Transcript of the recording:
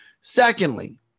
secondly